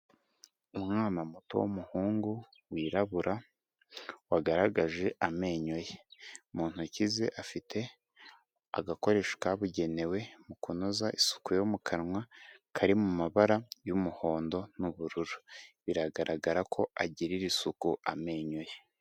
Umwana muto w'umuhungu wirabura wagaragaje amenyo ye, mu ntoki ze afite agakoresho kabugenewe mu kunoza isuku yo mu kanwa kari mu mabara y'umuhondo n'ubururu, biragaragara ko agirira isuku amenyo ye.